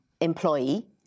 employee